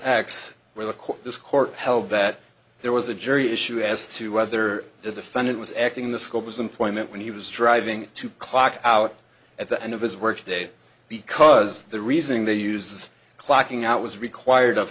court this court held that there was a jury issue as to whether the defendant was acting in the scope was employment when he was striving to clock out at the end of his workday because the reasoning that uses clocking out was required of